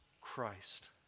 Christ